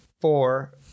Four